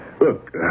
Look